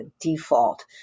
default